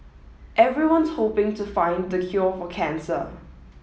everyone's hoping to find the cure for cancer